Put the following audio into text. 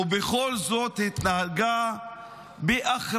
בכל זאת היא התנהגה באחריות.